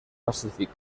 pacífic